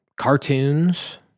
cartoons